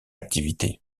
activité